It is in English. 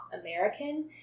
American